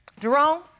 Jerome